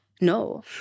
No